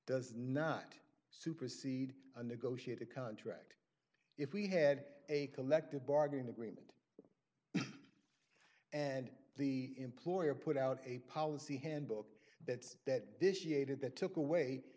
does not supersede a negotiate a contract if we had a collective bargaining agreement and the employer put out a policy handbook that that this year did that took away